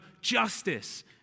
justice